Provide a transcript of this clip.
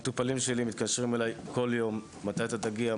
המטופלים שלי מתקשרים אליי כל יום מתי תגיע.